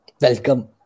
welcome